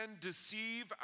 deceive